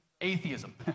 atheism